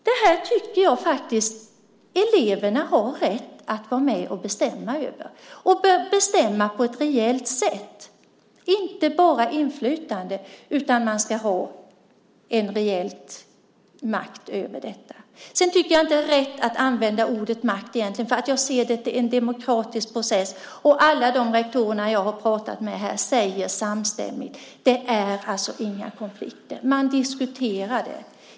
Det här tycker jag faktiskt att eleverna har rätt att vara med och bestämma över, och bestämma på ett reellt sätt, inte bara ha inflytande utan ha en reell makt över detta. Sedan tycker jag inte att det är rätt att använda ordet "makt". Jag ser att det är en demokratisk process. Alla de rektorer som jag har pratat säger samstämmigt: Det är inga konflikter. Man diskuterar det.